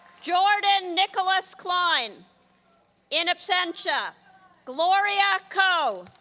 jordan nicholas klein in absentia gloria koh